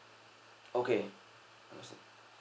okay understand